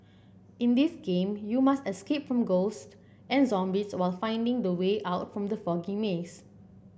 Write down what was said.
in this game you must escape from ghosts and zombies while finding the way out from the foggy maze